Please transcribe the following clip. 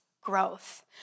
growth